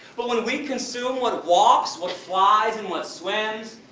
but when we consume what walks, what flies and what swims,